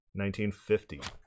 1950